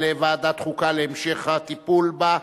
התשע"ב 2012, לוועדת החוקה, חוק ומשפט נתקבלה.